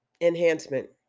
enhancement